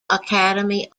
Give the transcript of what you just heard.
academy